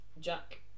Jack